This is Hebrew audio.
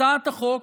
הצעת החוק